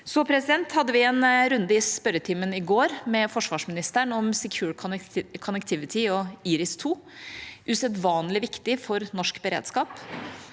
Så hadde vi en runde i spørretimen i går med forsvarsministeren om Secure Connectivity og IRIS[2] – usedvanlig viktig for norsk beredskap.